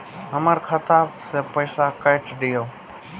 हमर खाता से पैसा काट लिए?